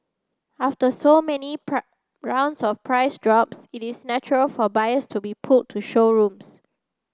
after so many rounds of price drops it is natural for buyers to be pulled to showrooms